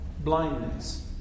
blindness